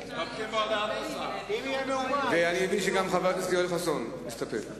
אני מבין שגם חבר הכנסת יואל חסון מסתפק.